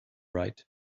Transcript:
right